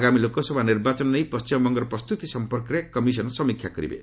ଆଗାମୀ ଲୋକସଭା ନିର୍ବାଚନ ନେଇ ପଶ୍ଚିମବଙ୍ଗର ପ୍ରସ୍ତୁତି ସଂପର୍କରେ କମିଶନ ସମୀକ୍ଷା କରିବେ